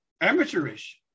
amateurish